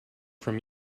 from